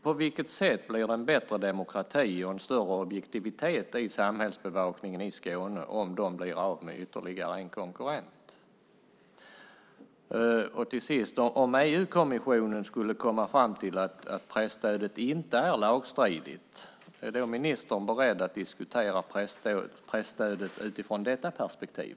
På vilket sätt blir det en bättre demokrati och en större objektivitet i samhällsbevakningen i Skåne om de blir av med ytterligare en konkurrent? Om EU-kommissionen skulle komma fram till att presstödet inte är lagstridigt, är då ministern beredd att diskutera presstödet utifrån detta perspektiv?